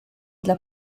dla